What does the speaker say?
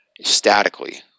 statically